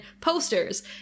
posters